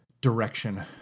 direction